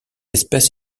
espèce